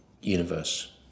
universe